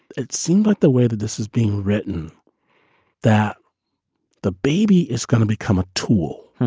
it seemed like the way that this is being written that the baby is going to become a tool.